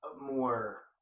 more